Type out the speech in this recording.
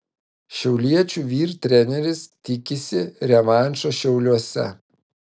šiauliečių vyr treneris tikisi revanšo šiauliuose